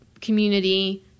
community